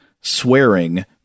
swearing